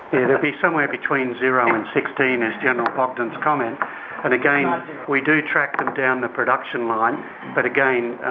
it'd be somewhere between zero um and sixteen, as general bogdan's comment, and again we do track them down the production line but again, ah